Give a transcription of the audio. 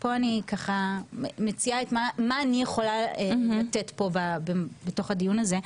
ופה אני מציעה מה אני יכולה לתת בתוך הדיון הזה.